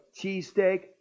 cheesesteak